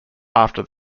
after